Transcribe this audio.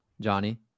Johnny